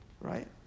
right